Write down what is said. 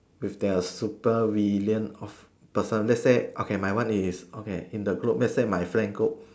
with their super villain of person let's say okay my one is okay in a group let's say my friend go